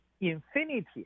infinity